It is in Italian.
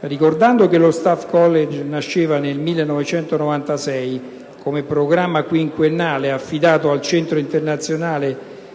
Ricordo che lo Staff College nasceva nel 1996 come programma quinquennale affidato al centro internazionale